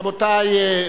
רבותי,